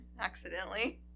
accidentally